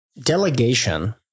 delegation